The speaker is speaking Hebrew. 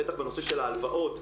בטח בנושא של ההלוואות,